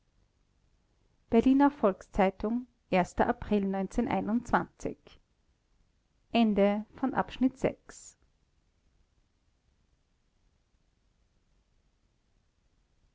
berliner volks-zeitung april